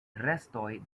restoj